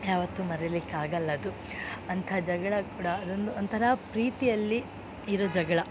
ಯಾವತ್ತು ಮರಿಲಿಕ್ಕಾಗಲ್ಲ ಅದು ಅಂಥ ಜಗಳ ಕೂಡ ಅದೊಂದು ಒಂಥರ ಪ್ರೀತಿಯಲ್ಲಿ ಇರೋ ಜಗಳ